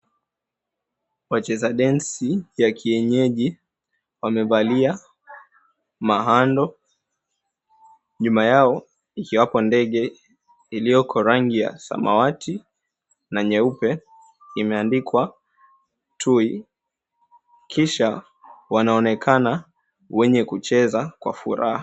Wacheza densi ya kienyeji wamvalia mahando nyuma yao ikiwapo ndege iliyoko rangi ya samawati na nyeupe imeandikwa, Tui, kisha wanaonekana wenye kucheza kwa furaha.